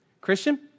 Christian